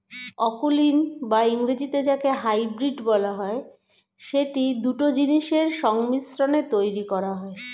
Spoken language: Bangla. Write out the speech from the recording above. অকুলীন বা ইংরেজিতে যাকে হাইব্রিড বলা হয়, সেটি দুটো জিনিসের সংমিশ্রণে তৈরী করা হয়